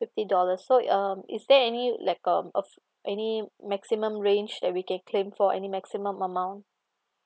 fifty dollars so um is there any like um of any maximum range that we can claim for any maximum amount